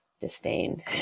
disdain